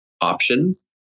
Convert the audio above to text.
options